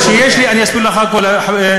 והעובדה שמפקירים את חיינו,